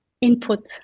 input